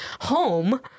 home